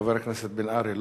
חבר הכנסת בן-ארי,